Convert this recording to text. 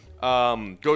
Go